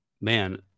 man